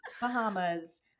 bahamas